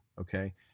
Okay